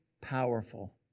powerful